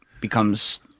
becomes